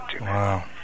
Wow